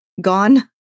gone